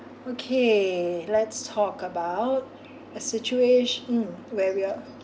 okay let's talk about a situation where we are